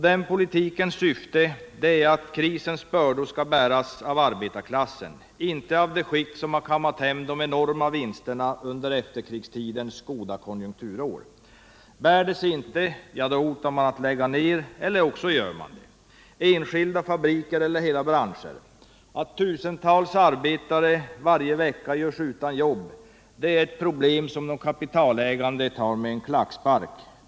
Den politikens syfte är att krisens bördor skall bäras av arbetarklassen — inte av de skikt som har kammat hem de enorma vinsterna under efterkrigstidens goda konjunkturår. Bär det sig inte —-ja, då hotar man med att lägga ner eller också gör man det —- enskilda fabriker eller hela branscher. Att tusentals arbetare varje vecka ställs utan jobb är ett problem som de kapitalägande tar med en klackspark.